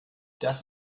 das